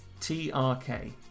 T-R-K